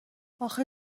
اخه